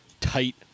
tight